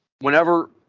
Whenever